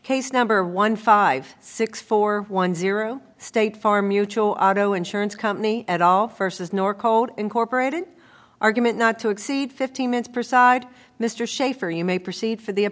case number one five six four one zero state farm mutual auto insurance company at all versus nor code incorporated argument not to exceed fifteen minutes per side mr shafer you may proceed for the